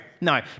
no